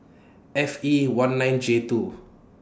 F E one nine J two